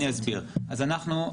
אנחנו,